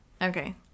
okay